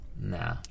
Nah